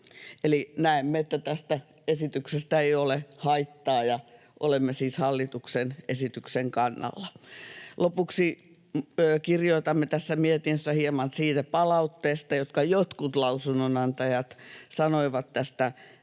näemme, että tästä esityksestä ei ole haittaa, ja olemme siis hallituksen esityksen kannalla. Lopuksi kirjoitamme tässä mietinnössä hieman siitä palautteesta, jota jotkut lausun-nonantajat antoivat tästä